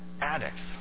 addicts